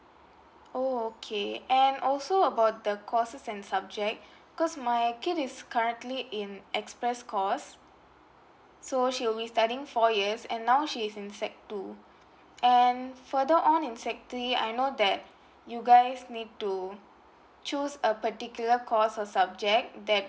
oh okay and also about the courses and subject because my kid is currently in express course so she will be studying four years and now she's in sec two and further on in sec three I know that you guys need to choose a particular course or subject that